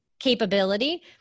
capability